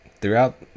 throughout